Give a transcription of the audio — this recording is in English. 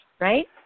right